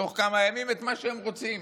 תוך כמה ימים את מה שהם רוצים,